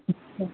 अच्छा